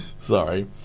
Sorry